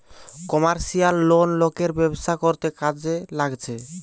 commercial loan লোকের ব্যবসা করতে কাজে লাগছে